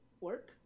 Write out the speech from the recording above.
Work